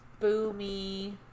Boomy